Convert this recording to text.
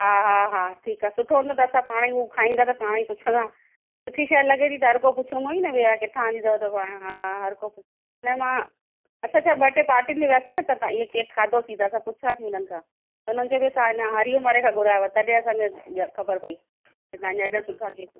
हा हा हा ठीकु आहे सुठो हूंदो त असां पाण हू खाईंदा त पाण ई पुछंदा सुठी शइ लॻे थी त हर को पुछंदो ई न भई किथां आंदी अथव त हा हर को पु मां अच्छा अच्छा ॿ टे पार्टियुनि में वियासीं न त हीअ केक खादोसीं त पुछियोसी उन्हनि खां हुननि चयो असां हरि ओम वारे खां घुरायो आ तॾेहिं असांखे ॼ ख़बर पई त तव्हां एॾा सुठा केक